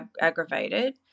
aggravated